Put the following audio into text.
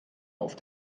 auf